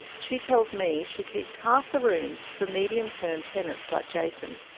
she tells me she keeps half the rooms for medium-term tenants like jason.